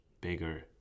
bigger